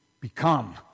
become